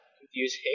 confusing